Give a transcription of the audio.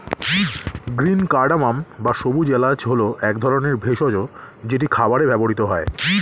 green cardamom বা সবুজ এলাচ হল এক ধরনের ভেষজ যেটি খাবারে ব্যবহৃত হয়